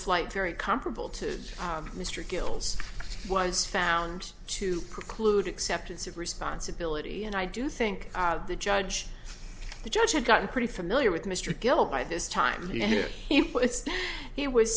flight very comparable to mr gills was found to preclude acceptance of responsibility and i do think the judge the judge had gotten pretty familiar with mr guilt by this time yes he was